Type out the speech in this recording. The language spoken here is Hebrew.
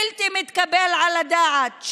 בלתי מתקבל על הדעת.